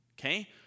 Okay